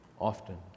often